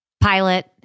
pilot